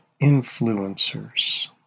influencers